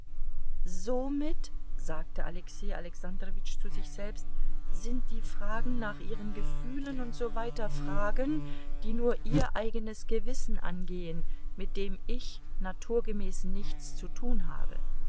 somit sagte alexei alexandrowitsch zu sich selbst sind die fragen nach ihren gefühlen und so weiter fragen die nur ihr eigenes gewissen angehen mit dem ich naturgemäß nichts zu tun habe